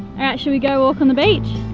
alright, shall we go walk on the beach?